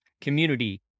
community